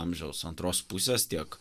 amžiaus antros pusės tiek